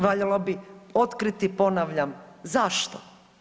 Valjalo bi otkriti ponavljam zašto.